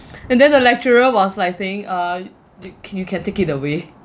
and then the lecturer was like saying uh can you can take it away